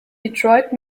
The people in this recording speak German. detroit